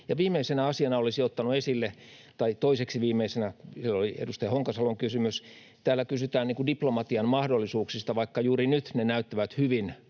viimeisenä asiana olisin ottanut esille sen— tai toiseksi viimeisenä, kun viimeisenä on edustaja Honkasalon kysymys — kun täällä kysytään diplomatian mahdollisuuksista, vaikka juuri nyt ne näyttävät hyvin